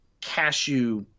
cashew